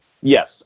Yes